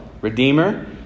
redeemer